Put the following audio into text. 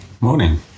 Morning